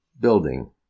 building